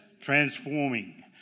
transforming